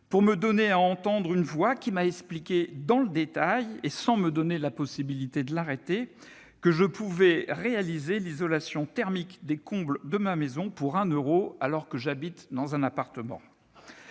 pour me donner à entendre une voix qui m'a expliqué, dans le détail et sans me donner la possibilité de l'arrêter, que je pouvais réaliser l'isolation thermique des combles de ma maison pour un euro, alors que j'habite dans un appartement.